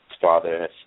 father